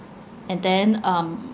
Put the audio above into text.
and then um